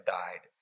died